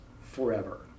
forever